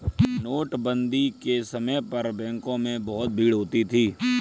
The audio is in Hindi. नोटबंदी के समय पर बैंकों में बहुत भीड़ होती थी